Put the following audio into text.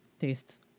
tastes